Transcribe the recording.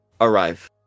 arrive